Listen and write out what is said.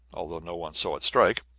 although no one saw it strike.